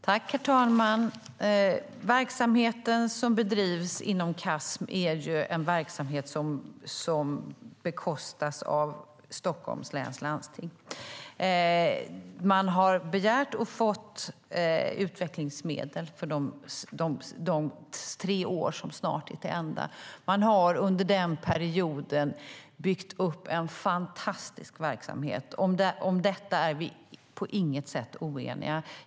Herr talman! Den verksamhet som bedrivs inom Casm bekostas av Stockholms läns landsting. Man har begärt och fått utvecklingsmedel för de tre år som snart är till ända. Man har under den perioden byggt upp en fantastisk verksamhet. Om detta är vi på inget sätt oeniga.